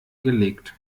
gelegt